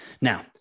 now